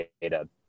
data